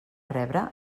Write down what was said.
rebre